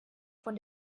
von